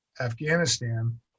Afghanistan